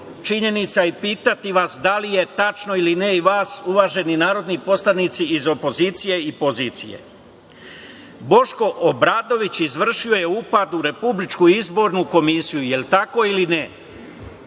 činjenica i pitati vas da li je tačno ili ne, uvaženi narodni poslanici iz opozicije i pozicije. Boško Obradović izvršio je upad u Republičku izbornu komisiju. Da li je tako ili ne?